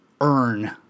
earn